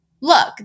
look